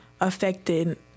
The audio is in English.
affected